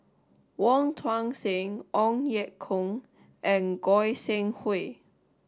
Wong Tuang Seng Ong Ye Kung and Goi Seng Hui